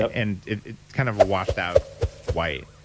so and it's kind of a washed out white.